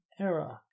error